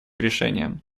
решениям